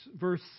verse